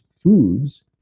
foods